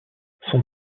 son